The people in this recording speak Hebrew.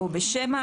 או בשמע,